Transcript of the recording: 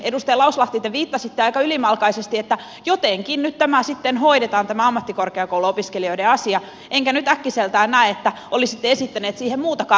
edustaja lauslahti te viittasitte aika ylimalkaisesti että jotenkin nyt sitten hoidetaan tämä ammattikorkeakouluopiskelijoiden asia enkä nyt äkkiseltään näe että olisitte esittänyt siihen muutakaan ratkaisua